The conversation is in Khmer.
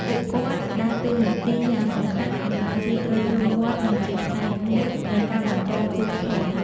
ពួកគាត់ដើរតួនាទីយ៉ាងសំខាន់ក្នុងការជួយទ្រទ្រង់វត្ត និងជាផ្នែកមួយនៃការបន្តពូជធម៌។